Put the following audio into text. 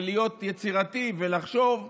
ולהיות יצירתי ולחשוב,